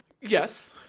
Yes